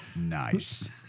Nice